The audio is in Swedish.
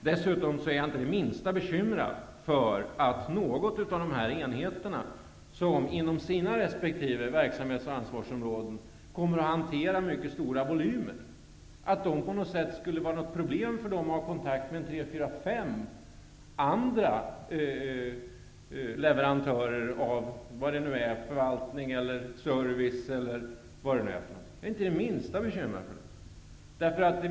Dessutom är jag inte det minsta bekymrad för att det för någon av de enheter som, inom sina resp. verksamhets och ansvarsområden, kommer att hantera mycket stora volymer, på något sätt skulle vara något problem att ha kontakt med tre, fyra eller fem andra leverantörer av förvaltning, service eller vad det nu är. Jag är inte det minsta bekymrad.